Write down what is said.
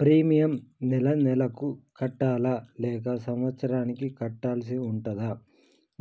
Premium నెల నెలకు కట్టాలా లేక సంవత్సరానికి కట్టాల్సి ఉంటదా?